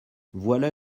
voilà